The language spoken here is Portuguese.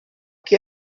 que